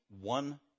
one